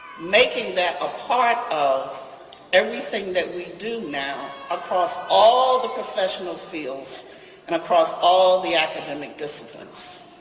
making that a part of everything that we do now across all the professional fields and across all the academic disciplines.